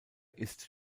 ist